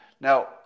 Now